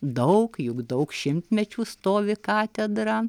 daug juk daug šimtmečių stovi katedra